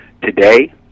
Today